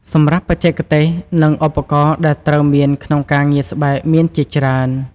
សម្រាប់បច្ចេកទេស និងឧបករណ៍ដែលត្រូវមានក្នុងការងារស្បែកមានជាច្រើន។